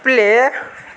play